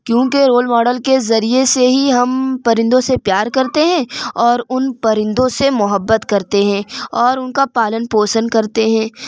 کیونکہ role model کے ذریعے سے ہی ہم پرندوں سے پیار کرتے ہیں اور ان پرندوں سے محبت کرتے ہیں اور ان کا پالن پوسن کرتے ہیں